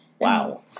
Wow